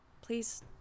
Please